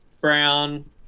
brown